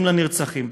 בונים לנרצחים.